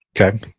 Okay